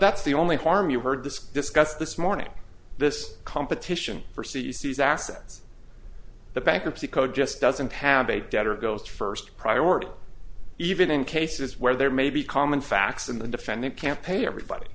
that's the only harm you've heard this discussed this morning this competition for c c's assets the bankruptcy code just doesn't have a debtor goes first priority even in cases where there may be common facts and the defendant can't pay everybody